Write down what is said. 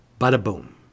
Bada-boom